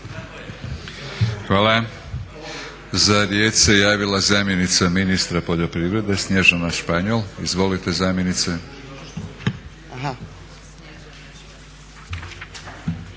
Hvala. Za riječ se javila zamjenica ministra poljoprivrede Snježana Španjol. Izvolite zamjenice.